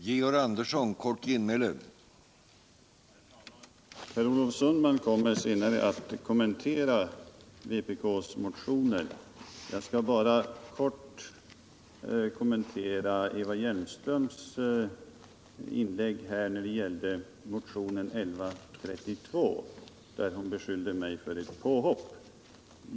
Herr talman! Per Olof Sundman kommer senare att kommentera vpk:s motioner. Jag skall bara kort bemöta Eva Hjelmströms inlägg om motionen 1132, eftersom hon beskyllde mig för ett påhopp.